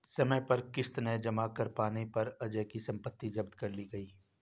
समय पर किश्त न जमा कर पाने पर अजय की सम्पत्ति जब्त कर ली गई